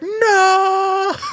no